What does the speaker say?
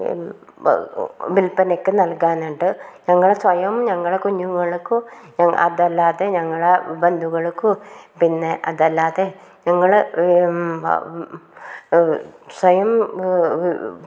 വില്പനയ്ക്ക് നൽകാറുണ്ട് ഞങ്ങൾ സ്വയം ഞങ്ങളെ കുഞ്ഞുങ്ങൾക്കും അതല്ലാതെ ഞങ്ങളെ ബന്ധുക്കൾക്കും പിന്നെ അതല്ലാതെ ഞങ്ങൾ സ്വയം